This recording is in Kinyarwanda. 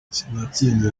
sinatinze